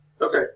Okay